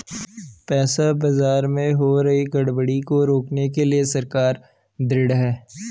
पैसा बाजार में हो रही गड़बड़ी को रोकने के लिए सरकार ढृढ़ है